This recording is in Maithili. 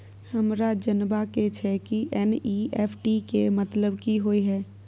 हमरा जनबा के छै की एन.ई.एफ.टी के मतलब की होए है?